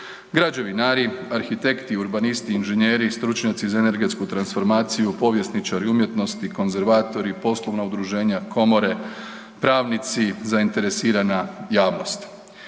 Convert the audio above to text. građevinari, arhitekti, urbanisti, inženjeri i stručnjaci za energetsku transformaciju, povjesničari umjetnosti, konzervatori, poslovna udruženja, komore, pravnici, zainteresirana javnost.